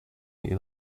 later